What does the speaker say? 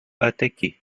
attaquer